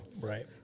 right